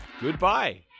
goodbye